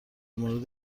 مورد